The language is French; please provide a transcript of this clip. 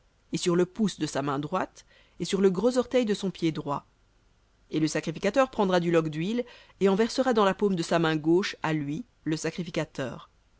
et sur le pouce de sa main droite et sur le gros orteil de son pied droit et le sacrificateur prendra du log d'huile et en versera dans la paume de sa main gauche à lui le sacrificateur